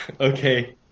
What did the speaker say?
okay